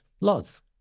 laws